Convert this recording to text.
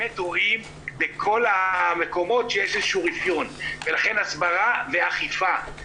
רואים בכל המקום שיש איזה רפיון ולכן החשיבות של הסברה ואכיפה.